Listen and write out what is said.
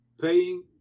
paying